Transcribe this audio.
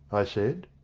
i said.